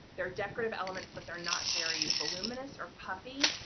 they're decorative elements but they're not very voluminous or puffy,